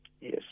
Yes